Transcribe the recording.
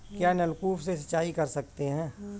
क्या नलकूप से सिंचाई कर सकते हैं?